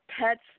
pets